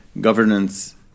Governance